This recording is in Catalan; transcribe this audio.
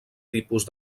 tipus